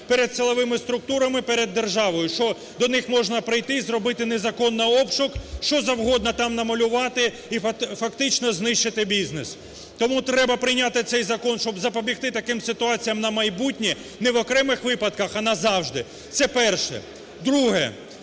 перед силовими структурами, перед державою. Що до них можна прийти і зробити незаконно обшук, що завгодно там намалювати і фактично знищити бізнес. Тому треба прийняти цей закон, щоб запобігти таким ситуаціям на майбутнє не в окремих випадках, а назавжди. Це перше. Друге.